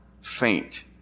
faint